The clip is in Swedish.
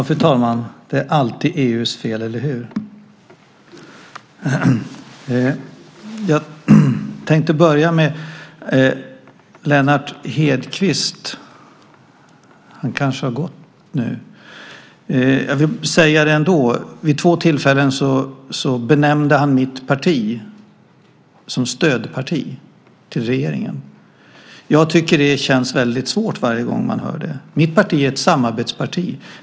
Fru talman! Det är alltid EU:s fel, eller hur? Jag tänkte börja med att vända mig till Lennart Hedquist. Nu verkar han ha lämnat kammaren, men jag vill ända ta upp det faktum att han vid två tillfällen benämnde vårt parti som stödparti till regeringen. Varje gång man hör det känns det svårt. Vårt parti är ett samarbetsparti.